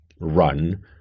run